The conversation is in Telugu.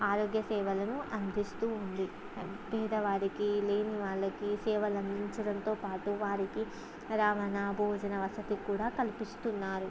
ఆరోగ్య సేవలను అందిస్తూ ఉంది పేదవారికి లేని వాళ్ళకి సేవలు అందించడంతోపాటు వారికి రవాణా భోజన వసతి కూడా కల్పిస్తున్నారు